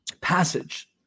passage